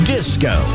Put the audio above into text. Disco